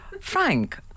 Frank